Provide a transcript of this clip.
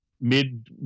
mid